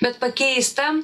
bet pakeista